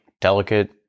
delicate